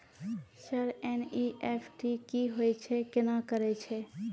Sir NEFT की होय छै, केना करे छै?